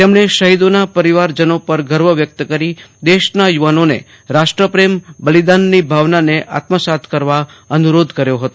તેમણે શહીદોના પરિવારજનો પર ગર્વ વ્યક્ત કરી દેશના યુવાનોને રાષ્ટ્રપ્રેમ બલિદાનની ભાવનાને આત્મસાત કરવા અનુરોધ કર્યો હતો